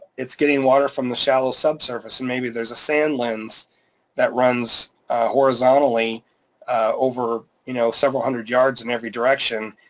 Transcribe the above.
it's getting water from the shallow sub surface and maybe there's a sand lens that runs horizontally over you know several hundred yards in every direction,